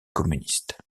communiste